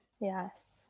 yes